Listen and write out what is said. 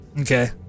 Okay